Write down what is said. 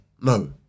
no